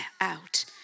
out